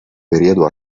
periodo